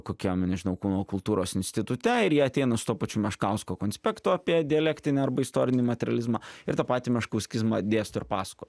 kokiam nežinau kūno kultūros institute ir jie ateina su tuo pačiu meškausko konspektu apie dialektinį arba istorinį materializmą ir tą patį meškauskizmą dėsto ir pasako